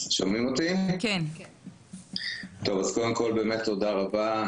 אז קודם כל באמת תודה רבה,